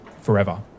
forever